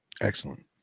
Excellent